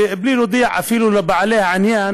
בלי להודיע אפילו לבעלי העניין,